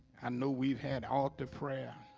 and know we've had altar prayer